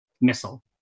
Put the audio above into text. missile